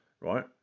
right